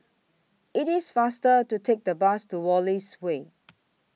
IT IS faster to Take The Bus to Wallace Way